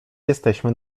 jesteśmy